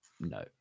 no